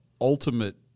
ultimate